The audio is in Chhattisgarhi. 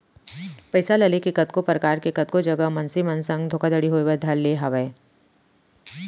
पइसा ल लेके कतको परकार के कतको जघा मनसे मन संग धोखाघड़ी होय बर धर ले हावय